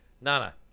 Nana